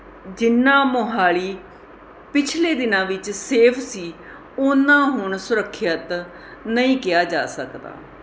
ਜਿੰਨਾ ਮੋਹਾਲੀ ਪਿਛਲੇ ਦਿਨਾਂ ਵਿੱਚ ਸੇਫ ਸੀ ਓਨਾਂ ਹੁਣ ਸੁਰੱਖਿਅਤ ਨਹੀਂ ਕਿਹਾ ਜਾ ਸਕਦਾ